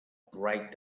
bright